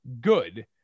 good